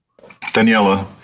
Daniela